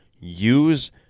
use